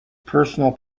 personal